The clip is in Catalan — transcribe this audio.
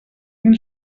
mil